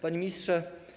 Panie Ministrze!